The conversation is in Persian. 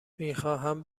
میخواهند